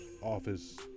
office